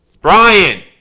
Brian